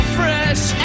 fresh